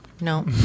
No